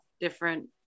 different